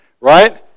right